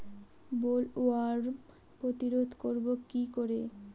Bollworm প্রতিরোধ করব কি করে?